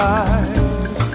eyes